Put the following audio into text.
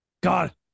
God